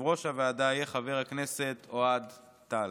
יושב-ראש הוועדה יהיה חבר הכנסת אוהד טל.